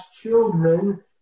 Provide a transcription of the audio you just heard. children